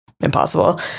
impossible